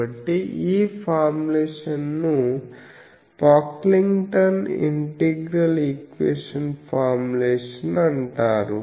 కాబట్టి ఈ ఫార్ములేషన్ ను పాక్లింగ్టన్ ఇంటిగ్రల్ ఈక్వేషన్ ఫార్ములేషన్ అంటారు